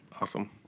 Awesome